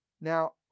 Now